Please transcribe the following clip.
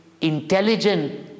intelligent